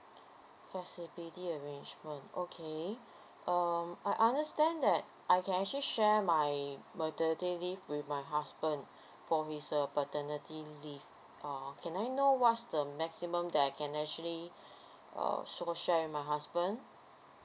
flexibility arrangement okay um I understand that I can actually share my maternity leave with my husband for his uh paternity leave uh can I know what's the maximum that I can actually uh share share with my husband